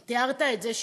תיארת את זה,